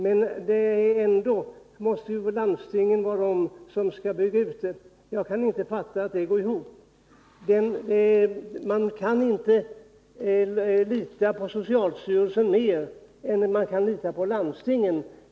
Men ändå måste det väl vara landstingen som skall göra utbyggnaden. Jag kan inte fatta att det går ihop. Man kan inte lita på socialstyrelsen mer än man kan lita på landstingen.